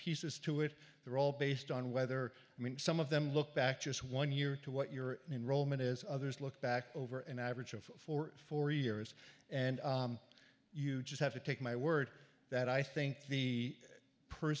pieces to it they're all based on whether i mean some of them look back just one year to what your enrollment is others look back over an average of four four years and you just have to take my word that i think the per